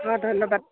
অঁ ধন্যবাদ